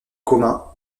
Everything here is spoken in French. commun